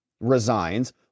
resigns